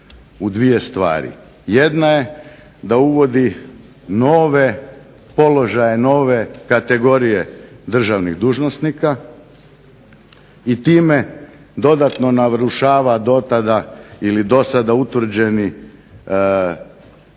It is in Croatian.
u dvije stvari. Jedna je da uvodi nove kategorije državnih dužnosnika i time dodatno narušava dosada utvrđenu